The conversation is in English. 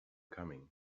coming